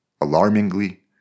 Alarmingly